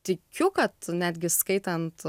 tikiu kad netgi skaitant